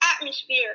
atmosphere